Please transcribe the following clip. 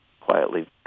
quietly